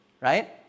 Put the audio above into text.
right